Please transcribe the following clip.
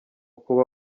kuba